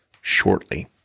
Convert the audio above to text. shortly